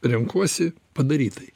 renkuosi padarytai